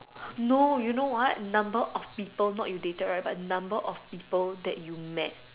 no you know what number of people not you dated right but number of people that you met